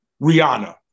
Rihanna